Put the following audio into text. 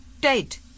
Date